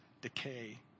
decay